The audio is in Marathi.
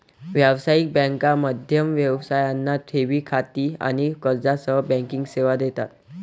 व्यावसायिक बँका मध्यम व्यवसायांना ठेवी खाती आणि कर्जासह बँकिंग सेवा देतात